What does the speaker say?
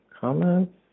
comments